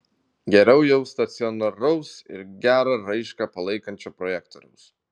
geriau jau stacionaraus ir gerą raišką palaikančio projektoriaus